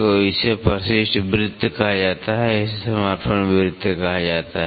तो इसे परिशिष्ट वृत्त कहा जाता है इसे समर्पण वृत्त कहा जाता है